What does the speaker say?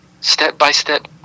step-by-step